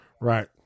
Right